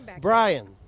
Brian